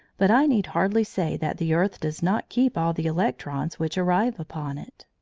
but i need hardly say that the earth does not keep all the electrons which arrive upon it.